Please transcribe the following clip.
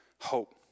hope